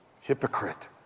Hypocrite